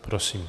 Prosím.